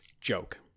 joke